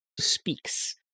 speaks